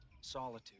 solitude